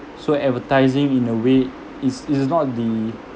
so advertising in a way it's it's not the